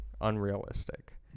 unrealistic